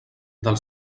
del